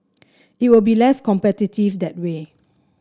it will be less competitive that way